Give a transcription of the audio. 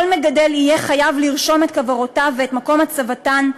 כל מגדל יהיה חייב לרשום את כוורותיו ואת מקום הצבתן,